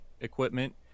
equipment